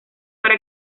para